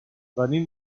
venim